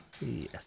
Yes